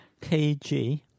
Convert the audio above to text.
KG